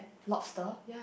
lobster